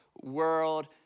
world